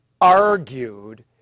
argued